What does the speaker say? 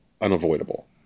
unavoidable